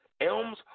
Elms